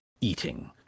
eating